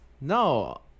No